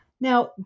Now